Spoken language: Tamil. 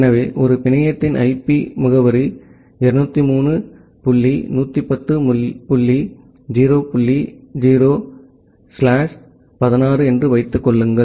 எனவே ஒரு பிணையத்தின் ஐபி முகவரி 203 டாட் 110 டாட் 0 டாட் 0 ஸ்லாஷ் 16 என்று வைத்துக் கொள்ளுங்கள்